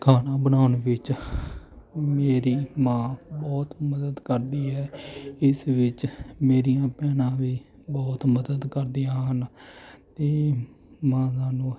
ਖਾਣਾ ਬਣਾਉਣ ਵਿੱਚ ਮੇਰੀ ਮਾਂ ਬਹੁਤ ਮਦਦ ਕਰਦੀ ਹੈ ਇਸ ਵਿੱਚ ਮੇਰੀਆਂ ਭੈਣਾਂ ਵੀ ਬਹੁਤ ਮਦਦ ਕਰਦੀਆਂ ਹਨ ਅਤੇ ਮਾਂ ਸਾਨੂੰ